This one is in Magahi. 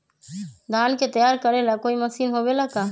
धान के तैयार करेला कोई मशीन होबेला का?